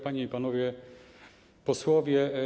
Panie i Panowie Posłowie!